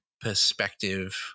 perspective